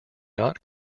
not